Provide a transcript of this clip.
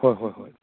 ꯍꯣꯏ ꯍꯣꯏ ꯍꯣꯏ